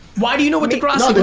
why do you know what degrassi